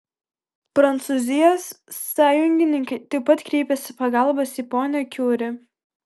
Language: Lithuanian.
prancūzijos sąjungininkai taip pat kreipiasi pagalbos į ponią kiuri